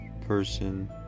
person